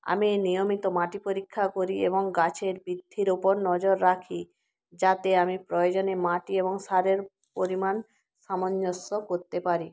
আমি নিয়মিত মাটি পরীক্ষা করি এবং গাছের বৃদ্ধির ওপর নজর রাখি যাতে আমি প্রয়োজনে মাটি এবং সারের পরিমাণ সামঞ্জস্য করতে পারি